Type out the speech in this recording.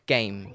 Game